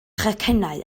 chacennau